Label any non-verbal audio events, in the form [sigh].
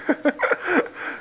[laughs]